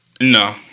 No